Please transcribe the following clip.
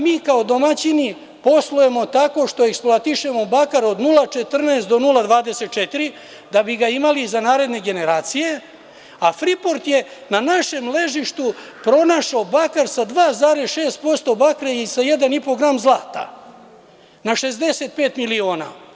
Mi kao domaćini poslujemo tako što eksploatišemo bakar od 0,14 do 0,24, da bi ga imali za naredne generacije, a „Friport“ je na našem ležištu pronašao bakar sa 2,6% bakra i sa 1,5 gram zlata na 65 miliona.